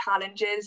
challenges